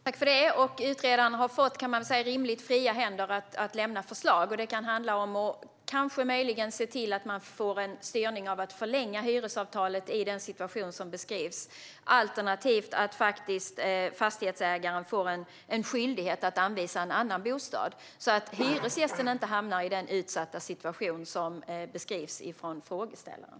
Herr talman! Utredaren har fått rimligt fria händer att lämna förslag. Det kan handla om möjligheten att få en styrning så att hyresavtalet förlängs i den situation som beskrivs, alternativt att fastighetsägaren får en skyldighet att anvisa en annan bostad så att hyresgästen inte hamnar i den utsatta situation som beskrivs av frågeställaren.